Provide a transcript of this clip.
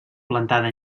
plantada